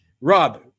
rob